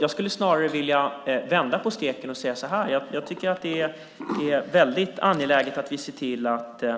Jag skulle snarare vilja vända på steken och säga så här: Jag tycker att det är väldigt angeläget att vi ser till att det